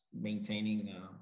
maintaining